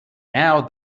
now